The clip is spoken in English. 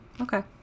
Okay